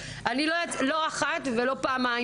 ולא פעמיים,